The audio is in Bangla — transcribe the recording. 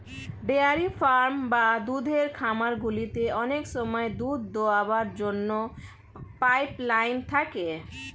ডেয়ারি ফার্ম বা দুধের খামারগুলিতে অনেক সময় দুধ দোয়াবার জন্য পাইপ লাইন থাকে